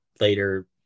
later